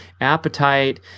appetite